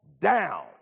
down